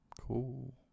Cool